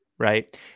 right